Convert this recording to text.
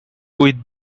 with